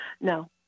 no